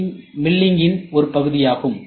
C மில்லிங்கின் ஒரு பகுதியாகும்